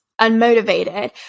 unmotivated